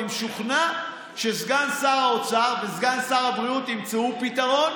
אני משוכנע שסגן שר האוצר וסגן שר הבריאות ימצאו פתרון.